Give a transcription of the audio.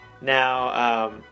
Now